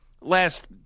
last